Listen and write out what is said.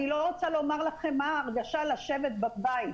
אני לא רוצה לומר לכם מה ההרגשה לשבת בבית,